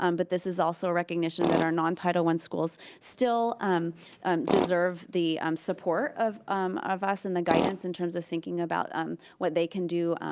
um but this is also a recognition that our non-title one schools, still um deserve the support of of us and the guidance in terms of thinking about um what they can do,